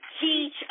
Teach